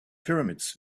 pyramids